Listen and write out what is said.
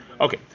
Okay